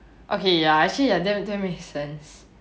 okay ya actually ya that makes sense